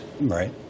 Right